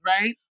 right